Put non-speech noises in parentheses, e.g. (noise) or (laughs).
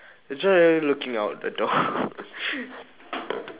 you try looking out the door (laughs)